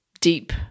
deep